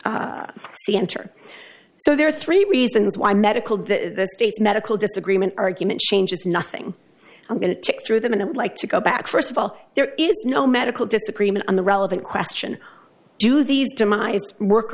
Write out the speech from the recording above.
the enter so there are three reasons why medical the state's medical disagreement argument changes nothing i'm going to tick through them and like to go back first of all there is no medical disagreement on the relevant question do these demised work